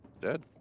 Dead